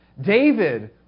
David